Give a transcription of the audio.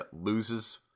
loses